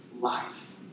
life